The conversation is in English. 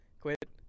Quit